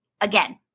again